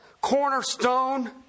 cornerstone